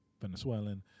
Venezuelan